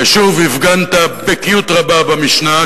ושוב הפגנת בקיאות רבה במשנה,